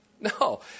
No